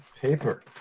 paper